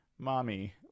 mommy